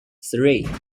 three